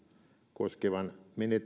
koskevan